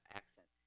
accent